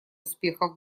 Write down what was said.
успеха